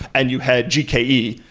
and you had gke,